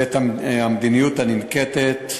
ואת המדיניות הננקטת,